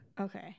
Okay